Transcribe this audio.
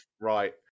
Right